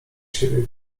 siebie